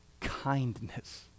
kindness